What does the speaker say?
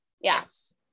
Yes